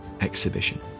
exhibition